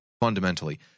fundamentally